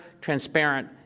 transparent